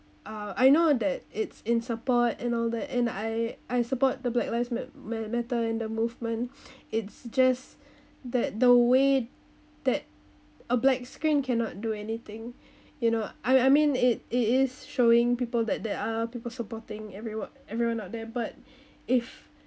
uh I know that it's in support and all that and I I support the black lives ma~ matter in the movement it's just that the way that a black screen cannot do anything you know I I mean it it is showing people that there are people supporting everyo~ everyone out there but if